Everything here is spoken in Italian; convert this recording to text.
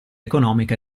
economica